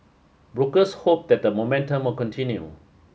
brokers hope that the momentum will continue